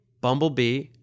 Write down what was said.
Bumblebee